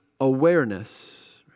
awareness